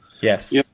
Yes